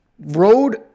road